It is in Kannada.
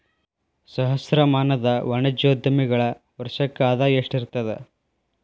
ಸಹಸ್ರಮಾನದ ವಾಣಿಜ್ಯೋದ್ಯಮಿಗಳ ವರ್ಷಕ್ಕ ಆದಾಯ ಎಷ್ಟಿರತದ